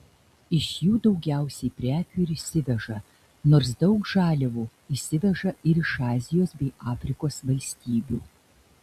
iš jų daugiausiai prekių ir įsiveža nors daug žaliavų įsiveža ir iš azijos bei afrikos valstybių